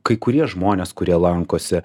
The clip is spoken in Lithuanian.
kai kurie žmonės kurie lankosi